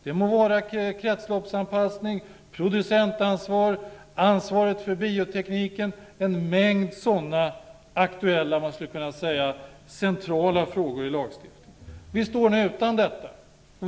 Det må vara kretsloppsanpassning, producentansvar, ansvar för bioteknik och en mängd sådana centrala frågor i lagstiftningen. Vi står nu utan detta.